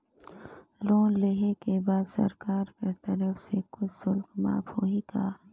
Loan लेहे के बाद सरकार कर तरफ से कुछ शुल्क माफ होही का?